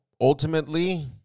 ultimately